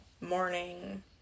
morning